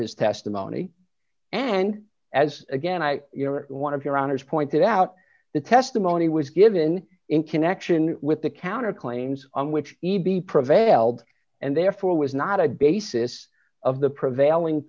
his testimony and as again i you know one of your honor's pointed out the testimony was given in connection with the counterclaims on which e b prevailed and therefore was not a basis of the prevailing